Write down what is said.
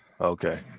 Okay